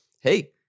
hey